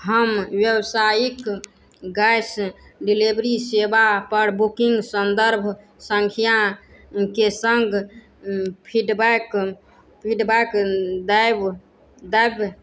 हम व्यावसायिक gas delivery सेवापर बुकिंग संदर्भ संख्याके सङ्ग फीडबैक फीडबैक देब देब